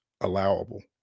allowable